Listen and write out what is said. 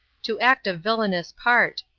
to act a villainous part,